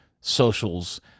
socials